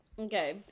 Okay